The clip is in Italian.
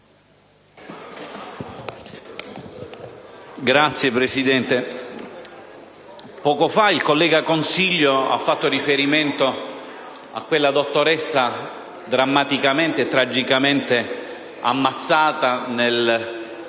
Signor Presidente, poco fa il collega Consiglio ha fatto riferimento alla dottoressa drammaticamente e tragicamente ammazzata nel